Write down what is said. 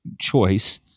choice